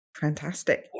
Fantastic